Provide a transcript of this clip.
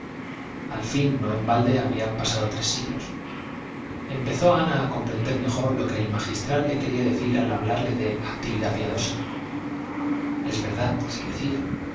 al fin no en balde habían pasado tres siglos empezó ana a comprender mejor lo que el magistral le quería decir al hablarle de actividad piadosa es verdad se decía